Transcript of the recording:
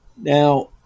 Now